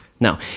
Now